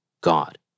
God